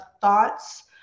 thoughts